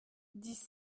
dix